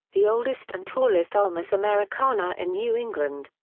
the oldest and tallest ulmus americana in new england.